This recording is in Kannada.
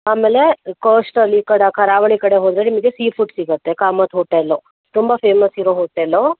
ಆಮೇಲೆ ಕೋಷ್ಟಲ್ ಈ ಕಡೆ ಕರಾವಳಿ ಕಡೆ ಹೋದರೆ ನಿಮಗೆ ಸೀ ಫುಡ್ ಸಿಗುತ್ತೆ ಕಾಮತ್ ಹೋಟೆಲು ತುಂಬ ಫೇಮಸ್ ಇರೋ ಹೋಟೆಲು